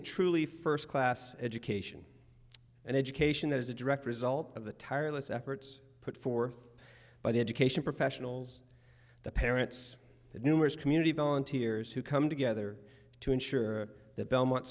a truly first class education and education that is a direct result of the tireless efforts put forth by the education professionals the parents the numerous community volunteers who come together to ensure that belmont